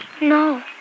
No